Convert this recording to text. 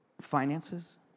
Finances